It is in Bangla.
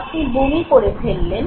আপনি বমি করে ফেললেন